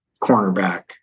cornerback